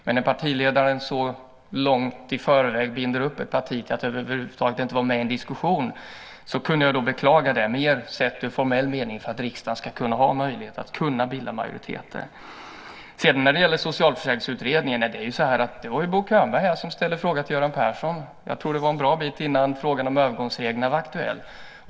Men jag beklagar att en partiledare så långt i förväg binder upp ett parti så att det över huvud taget inte kan vara med i en diskussion - detta sett mer i formell mening för att det ska vara möjligt att bilda majoriteter i riksdagen. Det var ju Bo Könberg som ställde en fråga till Göran Persson om en socialförsäkringsutredning långt innan frågan om övergångsregler var aktuell.